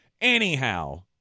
anyhow